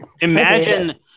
imagine